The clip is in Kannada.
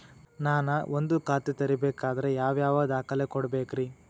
ನಾನ ಒಂದ್ ಖಾತೆ ತೆರಿಬೇಕಾದ್ರೆ ಯಾವ್ಯಾವ ದಾಖಲೆ ಕೊಡ್ಬೇಕ್ರಿ?